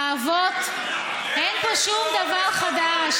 האבות, אין פה שום דבר חדש.